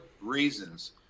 reasons